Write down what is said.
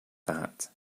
that